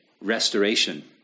restoration